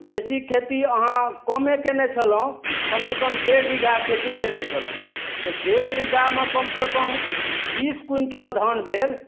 बेसी खेती अहाँ कमे कयने छलहुॅं कमसँ कम डेढ़ बीघा खेती कयने छलहुॅं तऽ डेढ़ बीघामे कमसँ कम बीस क्विन्टल धान भेल